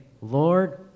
Lord